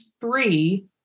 three